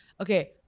Okay